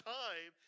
time